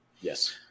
yes